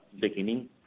beginning